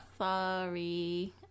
Sorry